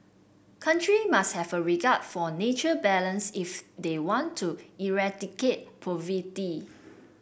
countries must have a regard for nature balance if they want to eradicate poverty